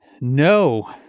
No